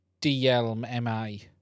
DLMI